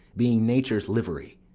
being nature's livery,